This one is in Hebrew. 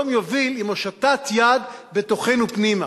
יוביל לשלום עם הושטת יד בתוכנו פנימה,